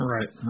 Right